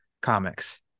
comics